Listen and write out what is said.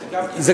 משתלם.